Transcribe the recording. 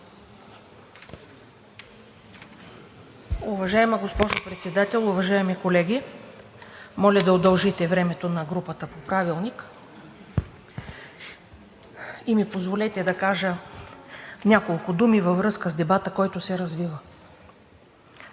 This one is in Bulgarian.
Уважаема госпожо Председател, уважаеми колеги! Моля да удължите времето на групата по Правилник и ми позволете да кажа няколко думи във връзка с дебата, който се развива.